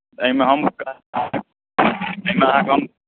एहिमे हम एहिमे अहाँकेँ हम